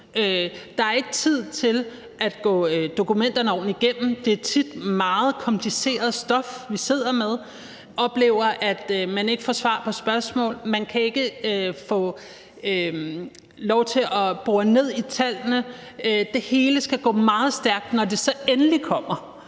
der er ikke tid til at gå dokumenterne ordentligt igennem, og det er jo tit meget kompliceret stof, vi sidder med; vi oplever, at man ikke får svar på spørgsmål; man kan ikke få lov til at bore ned i tallene; det hele skal gå meget stærkt, når det så endelig kommer.